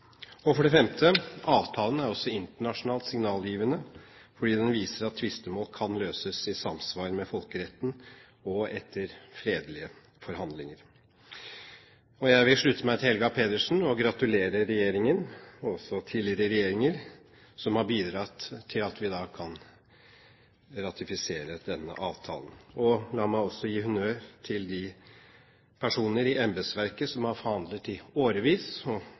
Og for det femte: Avtalen er også internasjonalt signalgivende. Den viser at tvistemål kan løses i samsvar med folkeretten og etter fredelige forhandlinger. Jeg vil slutte meg til Helga Pedersen og gratulere regjeringen – og også tidligere regjeringer som har bidratt til at vi kan ratifisere denne avtalen. La meg også gi honnør til de personer i embetsverket som har forhandlet i årevis og